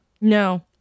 No